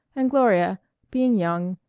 and gloria being young,